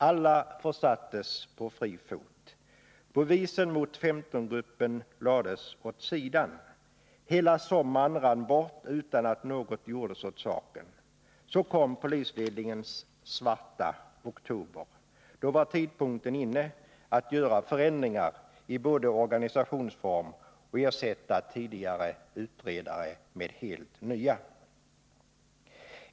Alla försattes på fri fot. Bevisen mot 15-gruppen lades åt sidan. Hela sommaren rann bort utan att något gjordes åt saken. Så kom polisledningens svarta oktober. Då var tidpunkten inne att både göra förändringar i organisationsform och ersätta tidigare utredare med helt nya.